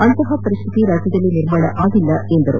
ಅಂತಹ ಪರಿಸ್ಥಿತಿ ರಾಜ್ಯದಲ್ಲಿ ನಿರ್ಮಾಣ ಆಗಿಲ್ಲ ಎಂದು ಹೇಳಿದರು